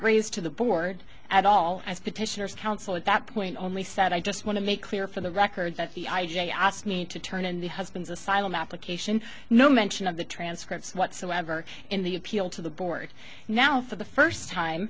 raised to the board at all as petitioners counsel at that point only said i just want to make clear for the record that the i j a asked me to turn in the husband's asylum application no mention of the transcripts whatsoever in the appeal to the board now for the first time